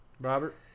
Robert